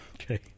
Okay